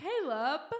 Caleb